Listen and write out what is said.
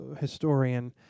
historian